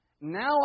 now